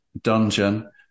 dungeon